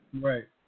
Right